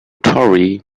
torre